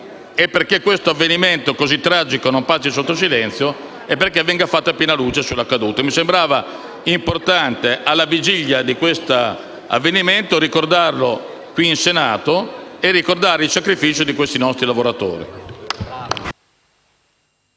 perché questo avvenimento così tragico non passi sotto silenzio e venga fatta piena luce sull'accaduto. Mi sembrava importante, alla vigilia di questo accadimento, ricordarlo qui in Senato e ricordare i sacrifici di questi nostri lavoratori.